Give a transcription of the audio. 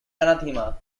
anathema